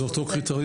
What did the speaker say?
זה אותו קריטריון?